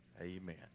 Amen